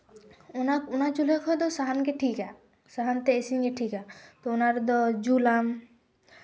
ᱚᱱᱟ ᱚᱱᱟ ᱪᱩᱞᱦᱟᱹ ᱠᱷᱚᱡ ᱫᱚ ᱥᱟᱦᱟᱱᱜᱮ ᱴᱷᱤᱠᱼᱟ ᱥᱟᱦᱟᱱᱛᱮ ᱤᱥᱤᱱ ᱜᱮ ᱴᱷᱤᱠᱼᱟ ᱛᱚ ᱚᱱᱟ ᱨᱮᱫᱚᱢ ᱡᱩᱞ ᱟᱢ